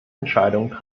entscheidungen